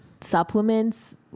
Supplements